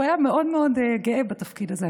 והוא היה מאוד מאוד גאה בתפקיד הזה,